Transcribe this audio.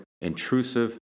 intrusive